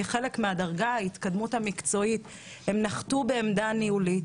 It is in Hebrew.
אלא כחלק מהדרגה וההתקדמות המקצועית הם נחתו בעמדה ניהולית